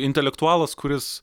intelektualas kuris